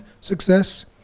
success